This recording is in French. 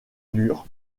mur